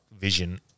vision